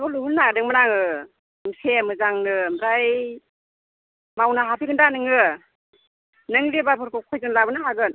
न' लुहोनो नागिरदोंमोन आङो गंसे मोजांनो ओमफ्राय मावनो हाफैगोन दा नोङो नों लेबारफोरखौ खयजन लाबोनो हागोन